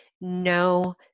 no